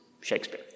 Shakespeare